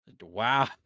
Wow